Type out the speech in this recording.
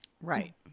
Right